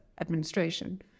administration